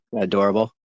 adorable